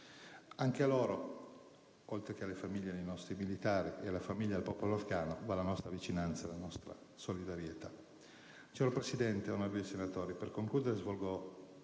Anche a loro, oltre che alle famiglie dei nostri militari e al popolo afgano, va la nostra vicinanza e la nostra commossa solidarietà.